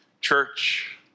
Church